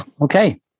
Okay